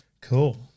Cool